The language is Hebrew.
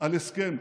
על הסכם.